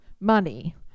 money